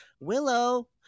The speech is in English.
Willow